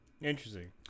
Interesting